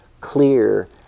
clear